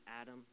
Adam